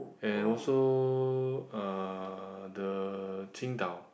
and also uh the Qingdao